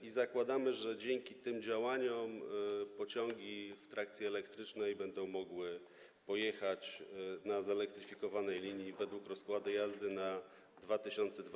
I zakładamy, że dzięki tym działaniom pociągi w trakcji elektrycznej będą mogły pojechać po zelektryfikowanej linii według rozkładu jazdy na lata 2020–2021.